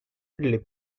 les